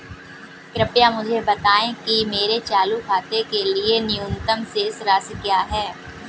कृपया मुझे बताएं कि मेरे चालू खाते के लिए न्यूनतम शेष राशि क्या है?